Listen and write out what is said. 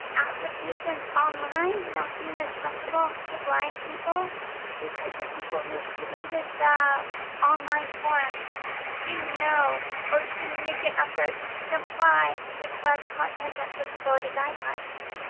applications online not being accessible to blind people because the people who created the online form didn't know or didn't make an effort to comply with web content accessibility guidelines.